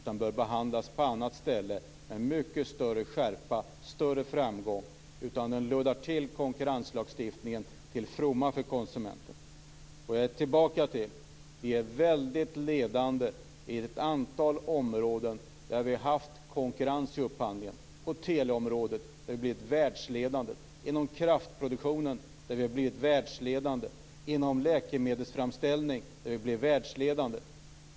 De bör behandlas på annat ställe med mycket större skärpa och större framgång. Det här luddar till konkurrenslagstiftningen, som är till fromma för konsumenten. Jag kommer tillbaka till att vi är väldigt ledande inom ett antal områden där vi har haft konkurrens i upphandlingen. På teleområdet har vi blivit världsledande. Inom kraftproduktion har vi blivit världsledande. Inom läkemedelsframställning har vi blivit världsledande.